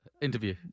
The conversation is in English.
interview